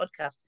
podcast